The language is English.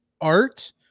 art